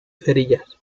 cerillas